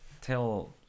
tell